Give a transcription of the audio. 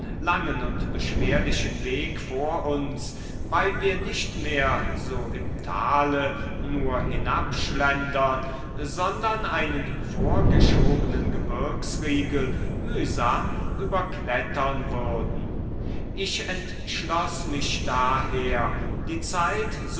langen und beschwerlichen weg vor uns weil wir nicht mehr so im tale nur hinabschlendern sondern einen vorgeschobenen gebirgsriegel mühsam überklettern würden ich entschloß mich daher die zeit